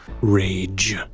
rage